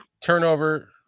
turnover